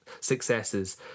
successes